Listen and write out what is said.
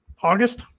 August